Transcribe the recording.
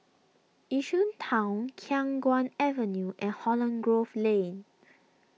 Yishun Town Khiang Guan Avenue and Holland Grove Lane